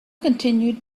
continued